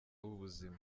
w’ubuzima